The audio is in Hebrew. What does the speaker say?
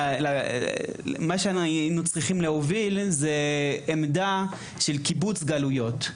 ומה שהיינו צריכים להוביל היא עמדה של קיבוץ גלויות.